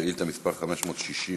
שאילתה מס' 560: